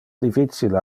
difficile